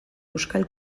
euskal